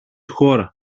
χώρα